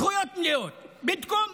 זכויות מלאות, (אומר בערבית: הבנתם?)